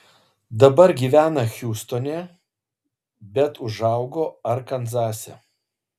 dabar gyvena hjustone bet užaugo arkanzase